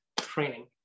training